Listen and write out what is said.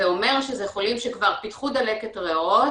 זה אומר שזה חולים שכבר פיתחו דלקת ריאות,